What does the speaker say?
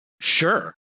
Sure